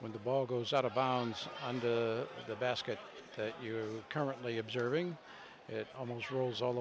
when the ball goes out of bounds on the the basket that you currently observing it almost rolls all